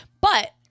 But-